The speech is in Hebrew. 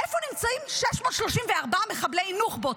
איפה נמצאים 634 מחבלי נוח'בות.